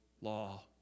law